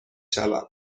شوم